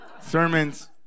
sermons